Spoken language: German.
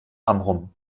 amrum